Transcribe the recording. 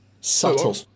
Subtle